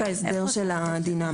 רק ההסדר של הדינמי.